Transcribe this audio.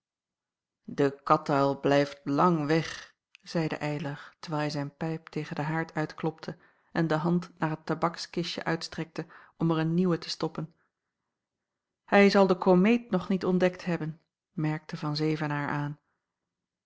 de katuil blijft lang weg zeide eylar terwijl hij zijn pijp tegen den haard uitklopte en de hand naar het tabakskistje uitstrekte om er een nieuwe te stoppen hij zal de komeet nog niet ontdekt hebben merkte van zevenaer aan